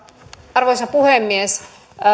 arvoisa puhemies